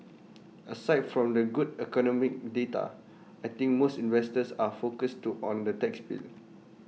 aside from the good economic data I think most investors are focused to on the tax bill